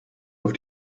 auf